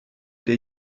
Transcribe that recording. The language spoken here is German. der